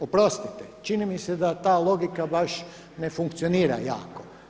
Oprostite, čini mi se da ta logika baš ne funkcionira jako.